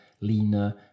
leaner